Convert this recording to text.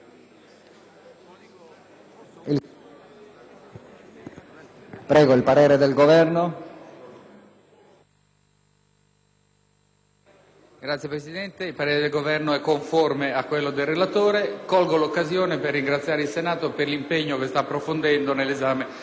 l'economia e le finanze*. Signor Presidente, il parere del Governo è conforme a quello del relatore. Colgo l'occasione per ringraziare il Senato per l'impegno che sta profondendo nell'esame dei documenti finanziari.